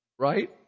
Right